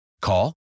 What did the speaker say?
Call